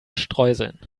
streuseln